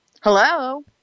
Hello